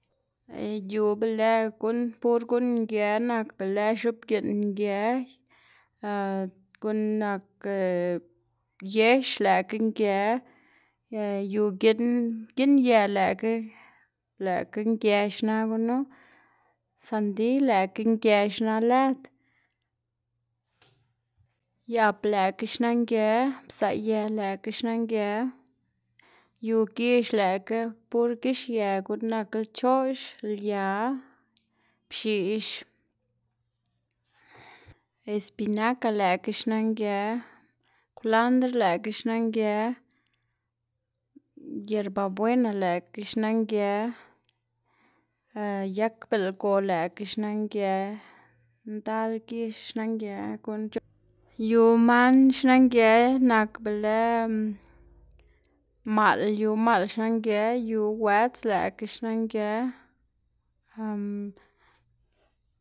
yu be lë guꞌn pur guꞌn nge nak be lë x̱oꞌbgiꞌn nge, guꞌn nak yex lëꞌkga nge yu giꞌn giꞌn ye lëꞌkga lëꞌkga nge xna gunu. Sandiy lëꞌkga nge na lëd, yap lëꞌkga xna nge, pzaꞌye lëꞌkga xna nge, yu gix lëꞌkga pur gixye guꞌn nak lchoꞌx, lia, px̱iꞌx, espinaka lëꞌkga xna nge, kwlandr lëꞌkga xna nge, yerabuena lëꞌkga xna nge, yag belgo lëꞌkga xna nge, ndal gix xna nge, guꞌn c̲h̲uꞌnn. Yu man xna nge nak be lë maꞌl yu maꞌl xna nge yu wëts lëꞌkga xna nge.